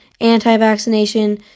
anti-vaccination